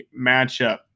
matchup